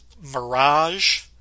Mirage